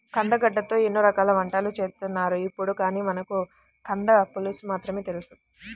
కందగడ్డతో ఎన్నో రకాల వంటకాలు చేత్తన్నారు ఇప్పుడు, కానీ మనకు కంద పులుసు మాత్రమే తెలుసు